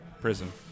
prison